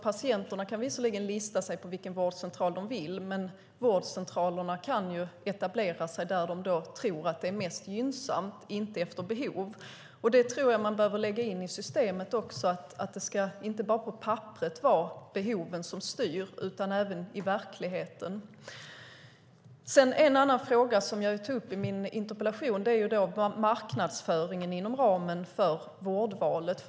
Patienterna kan visserligen lista sig på vilken vårdcentral de vill, men vårdcentralerna kan etablera sig där de tror att det är mest gynnsamt och inte efter behov. Jag tror att man behöver lägga in detta i systemet så att det inte bara är på papperet som behoven styr utan även i verkligheten. En annan fråga som jag tog upp i min interpellation är marknadsföringen inom ramen för vårdvalet.